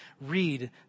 read